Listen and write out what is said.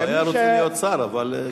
הוא היה רוצה להיות שר, אבל.